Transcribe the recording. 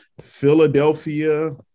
Philadelphia